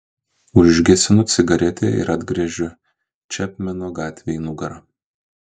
užgesinu cigaretę ir atgręžiu čepmeno gatvei nugarą